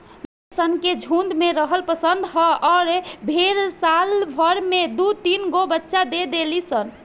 भेड़ सन के झुण्ड में रहल पसंद ह आ भेड़ साल भर में दु तीनगो बच्चा दे देली सन